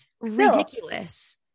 ridiculous